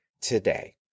today